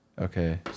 Okay